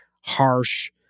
harsh